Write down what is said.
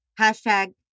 hashtag